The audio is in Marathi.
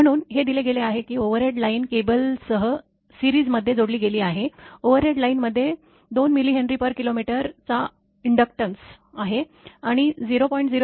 म्हणून हे दिले गेले आहे की ओव्हरहेड लाइन केबलसह सीरिज मध्ये जोडली गेली आहे ओव्हरहेड लाइनमध्ये 2 mHkm चा इंडक्टॅन्स आहे आणि 0